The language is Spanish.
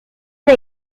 una